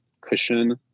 cushion